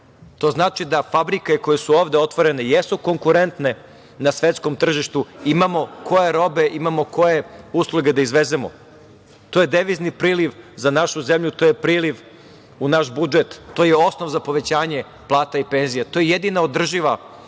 To znači da fabrike koje su ovde otvorene jesu konkurentne na svetskom tržištu, imamo koje robe, imamo koje usluge da izvezemo. To je devizni priliv za našu zemlju. To je priliv u naš budžet. To je osnov za povećanje plata i penzija. To je jedina održiva,